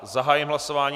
Zahájím hlasování.